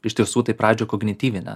iš tiesų tai pradžioj kognityvinę